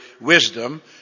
wisdom